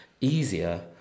easier